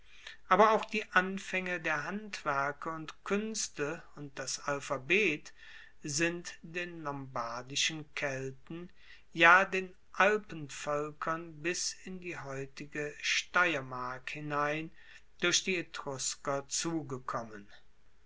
aber auch die anfaenge der handwerke und kuenste und das alphabet sind den lombardischen kelten ja den alpenvoelkern bis in die heutige steiermark hinein durch die etrusker zugekommen